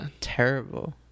terrible